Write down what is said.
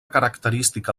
característica